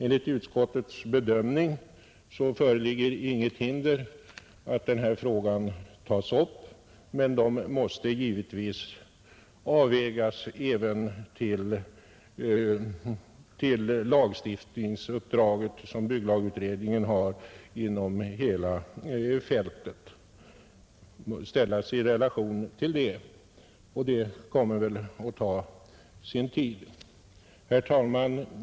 Enligt utskottets bedömning föreligger inget hinder för att frågan tas upp, men den måste givetvis vägas även mot det lagstiftningsuppdrag som bygglagutredningen har över hela fältet och ställas i relation till det. Det arbetet kommer väl att ta sin tid. Herr talman!